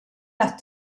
las